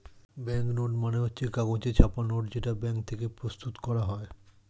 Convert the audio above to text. bank note মানে হচ্ছে কাগজে ছাপা নোট যেটা ব্যাঙ্ক থেকে প্রস্তুত করা হয়